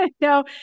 no